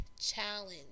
challenge